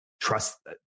trust